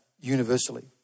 universally